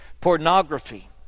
pornography